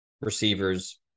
receivers